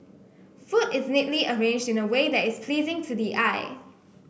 food is neatly arranged in a way that is pleasing to the eye